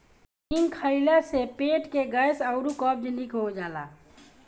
हिंग खइला से पेट के गैस अउरी कब्ज निक हो जाला